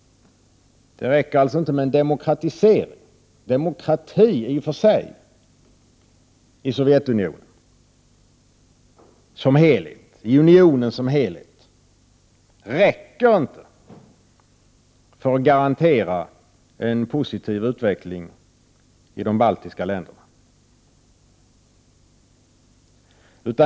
Det räcker alltså inte med en demokratisering. Demokrati i och för sig i Sovjetunionen som helhet räcker inte för att garantera en positiv utveckling i de baltiska länderna.